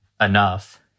enough